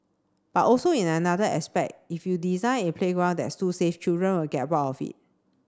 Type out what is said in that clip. but also in another aspect if you design a playground that's too safe children will get bored of it